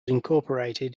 incorporated